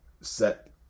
set